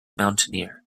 mountaineer